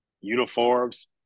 uniforms